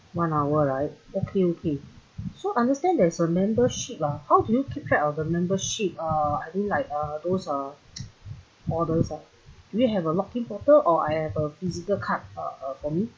one hour right okay okay so understand there's a membership ah how do you keep track of the membership uh I mean like uh those uh orders lah do you have a log in portal or I have a physical card uh uh for me